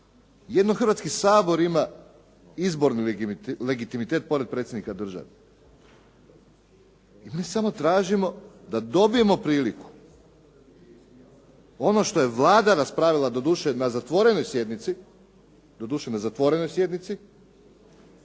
Jedino Hrvatski sabor ima izborni legitimitet pored Predsjednika države. Mi samo tražimo da dobijemo priliku ono što je Vlada raspravila, doduše na zatvorenoj sjednici,